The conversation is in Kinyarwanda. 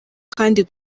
kandi